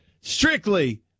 Strictly